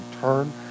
turn